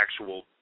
actual